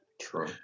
True